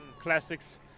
classics